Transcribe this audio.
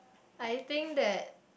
I think that